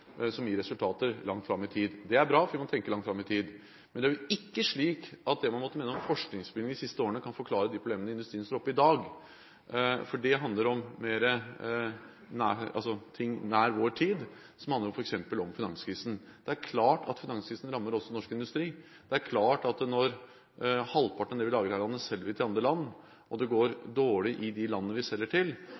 som gir resultater langt fram tid. Det er bra, for vi må tenke langt fram i tid. Men det er jo ikke slik at det man måtte mene om forskningsbevilgninger de siste årene, kan forklare de problemene industrien står oppe i i dag. Det handler om ting nær vår tid, om f.eks. finanskrisen. Det er klart at finanskrisen rammer også norsk industri, det er klart at når vi selger halvparten av det vi lager her i landet, til andre land og det går dårlig i de landene, rammer det også norske bedrifter. Det som er viktig, er at vi